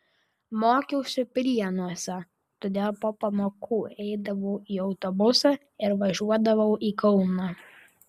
mokiausi prienuose todėl po pamokų eidavau į autobusą ir važiuodavau į kauną